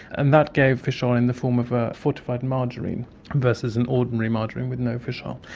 and that gave fish oil in the form of a fortified margarine versus an ordinary margarine with no fish oil.